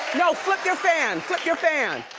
no, flip your fan, flip your fan.